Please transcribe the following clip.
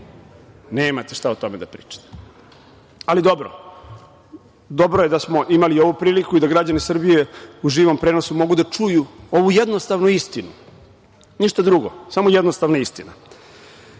nemate šta o tome da pričate, ali dobro. Dobro je da smo imali ovu priliku i da građani Srbije u živom prenosu mogu da čuju ovu jednostavnu istinu, ništa drugo, samo jednostavna